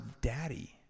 daddy